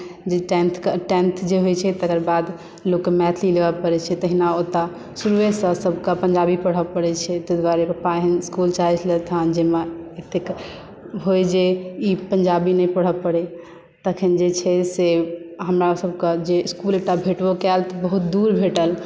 जे टेंथ जे होइत छै तकर बाद लोककेँ मैथिली लेबय पड़ैत छै तहिना ओतय शुरुएसँ सभकेँ अपन पञ्जाबी पढ़य पड़ैत छै ताहि दुआरे पापा एहन स्कूल चाहैत छलथि हेँ जाहिमे एतेक होइ जे ई पञ्जाबी नहि पढ़य पड़य तखन जे छै से हमरा सभके एकटा इस्कुल भेटबो कयल तऽ बहुत दूर भेटल